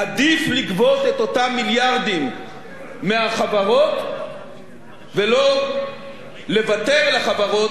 עדיף לגבות את אותם מיליארדים מהחברות ולא לוותר לחברות